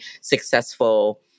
successful